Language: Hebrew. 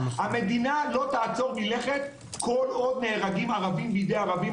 המדינה לא תעצור מלכת כל עוד נהרגים ערבים בידי ערבים.